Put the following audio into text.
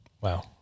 Wow